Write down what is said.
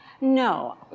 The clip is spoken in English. No